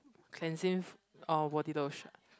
cleansing f~ oh body lotion